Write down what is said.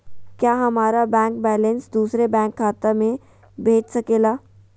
क्या हमारा bank balance दूसरे बैंक खाता में भेज सके ला?